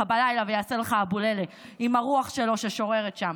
בלילה ויעשה לך אבוללה עם הרוח שלו ששוררת שם?